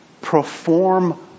perform